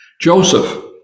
Joseph